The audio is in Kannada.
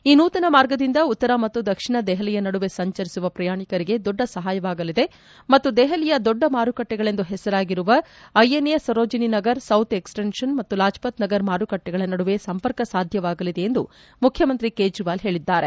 ಈ ನೂತನ ಮಾರ್ಗದಿಂದ ಉತ್ತರ ಮತ್ತು ದಕ್ಷಿಣ ದೆಹಲಿಯ ನಡುವೆ ಸಂಚರಿಸುವ ಪ್ರಯಾಣಿಕರಿಗೆ ದೊಡ್ಡ ಸಹಾಯವಾಗಲಿದೆ ಮತ್ತು ದೆಹಲಿಯ ದೊಡ್ಡ ಮಾರುಕಟ್ಟೆಗಳೆಂದು ಹೆಸರಾಗಿರುವ INA Sarojini Nagar south extension ಮತ್ತು ಲಾಜಪತ್ನಗರ್ ಮಾರುಕಟ್ಟೆಗಳ ನಡುವೆ ಸಂಪರ್ಕ ಸಾಧ್ಯವಾಗಲಿದೆ ಎಂದು ಮುಖ್ಯಮಂತ್ರಿ ಕೇಜ್ರವಾಲ್ ಹೇಳಿದರು